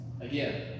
Again